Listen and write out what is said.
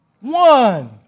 one